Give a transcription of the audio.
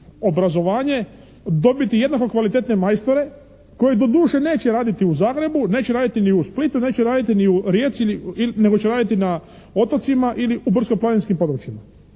obrazovanje dobiti jednako kvalitetne majstore koji doduše neće raditi u Zagrebu, neće raditi ni u Splitu, neće raditi ni u Rijeci, nego će raditi na otocima ili u brdsko-planinskim područjima.